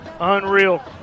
Unreal